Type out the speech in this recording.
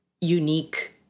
unique